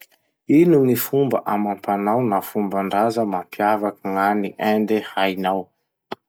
Ino gny fomba amam-panao na fomban-draza mampiavaky gn'any Indy hainao?